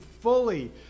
fully